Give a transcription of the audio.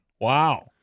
Wow